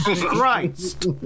Christ